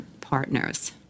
partners